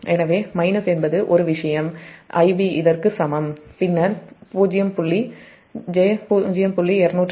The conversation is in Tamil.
எனவே மைனஸ் என்பது Ib இதற்கு சமம் பின்னர் 0 புள்ளி j0